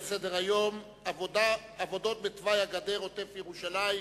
הנושא הבא על סדר-היום הוא עבודות בתוואי הגדר ובעוטף-ירושלים,